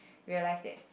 realise that